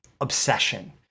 obsession